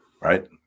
Right